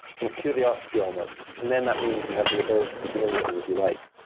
kind of curiosity, almost. and then that means you have the ability to deal with them as you like.